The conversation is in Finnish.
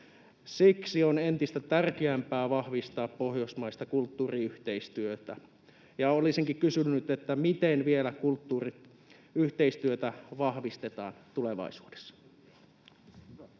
Siksi on entistä tärkeämpää vahvistaa pohjoismaista kulttuuriyhteistyötä, ja olisinkin kysynyt, miten vielä kulttuuriyhteistyötä vahvistetaan tulevaisuudessa.